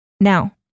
Now